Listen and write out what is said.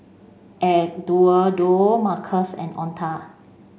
Eduardo Marques and Oneta